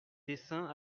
dessin